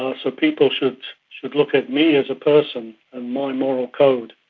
ah so people should should look at me as a person and my moral code